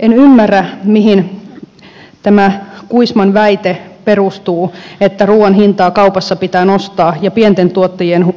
en ymmärrä mihin perustuu tämä kuisman väite että ruuan hintaa kaupassa pitää nostaa ja pienten tuottajien